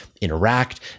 interact